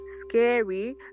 scary